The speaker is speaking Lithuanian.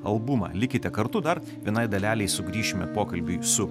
albumą likite kartu dar vienai dalelei sugrįšime pokalbį su